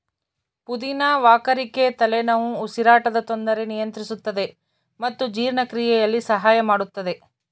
ಪುದಿನ ವಾಕರಿಕೆ ತಲೆನೋವು ಉಸಿರಾಟದ ತೊಂದರೆ ನಿಯಂತ್ರಿಸುತ್ತದೆ ಮತ್ತು ಜೀರ್ಣಕ್ರಿಯೆಯಲ್ಲಿ ಸಹಾಯ ಮಾಡುತ್ತದೆ